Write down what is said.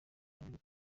agree